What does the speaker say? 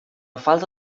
falta